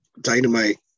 Dynamite